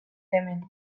hemen